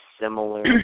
similar